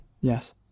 Yes